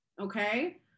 okay